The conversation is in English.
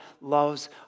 loves